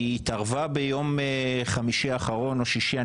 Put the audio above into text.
היא התערבה ביום חמישי האחרון או שישי אני